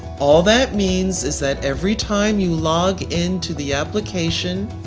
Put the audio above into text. all that means is that every time you log into the application,